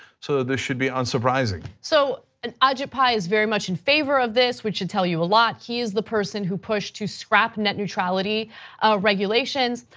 so that should be unsurprising. so and ajit pai is very much in favor of this which should tell you a lot. he is the person who pushed to scrap net neutrality regulations.